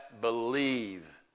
believe